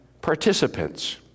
participants